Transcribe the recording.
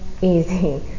easy